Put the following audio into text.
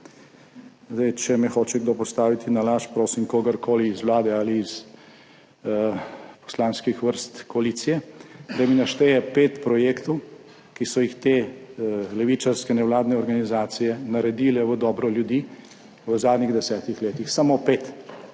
Če me hoče kdo postaviti na laž, prosim kogarkoli iz vlade ali iz poslanskih vrst koalicije, da mi našteje pet projektov, ki so jih te levičarske nevladne organizacije naredile v dobro ljudi v zadnjih desetih letih. Samo pet